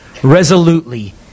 resolutely